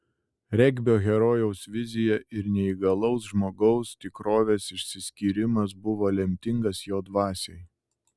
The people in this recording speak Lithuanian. regbio herojaus vizija ir neįgalaus žmogaus tikrovės išsiskyrimas buvo lemtingas jo dvasiai